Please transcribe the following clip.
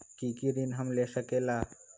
की की ऋण हम ले सकेला?